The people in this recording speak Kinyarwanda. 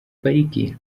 pariki